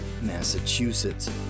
Massachusetts